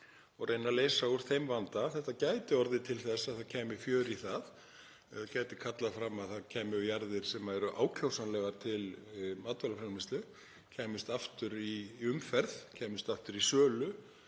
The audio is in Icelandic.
og reynt að leysa úr þeim vanda. Þetta gæti orðið til þess að það kæmi fjör í það, gæti kallað fram að jarðir sem eru ákjósanlegar til matvælaframleiðslu kæmust aftur í umferð, kæmust aftur í sölu.